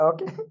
Okay